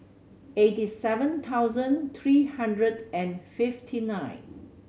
eighty seven thousand three hundred and fifty nine